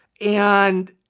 and